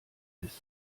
ist